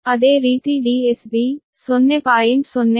ಅದೇ ರೀತಿ DSB 0